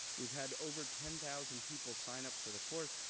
we've had over ten thousand people sign up for the course.